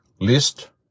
list